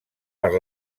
per